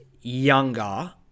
younger